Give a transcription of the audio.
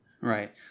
Right